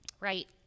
Right